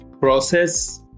process